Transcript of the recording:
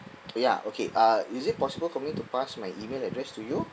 ya okay uh is it possible for me to pass my email address to you